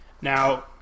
Now